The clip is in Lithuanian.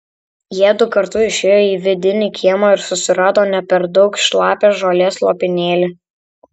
jiedu kartu išėjo į vidinį kiemą ir susirado ne per daug šlapią žolės lopinėlį